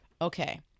okay